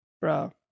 Bro